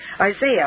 Isaiah